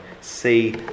See